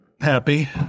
happy